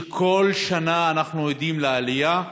שבו כל שנה אנחנו עדים לעלייה,